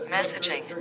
Messaging